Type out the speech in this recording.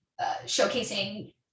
showcasing